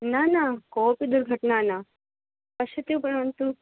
न न कोऽपि दुर्घटना न पश्यतु परन्तु